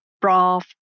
broth